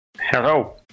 Hello